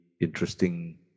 interesting